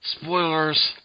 spoilers